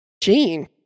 gene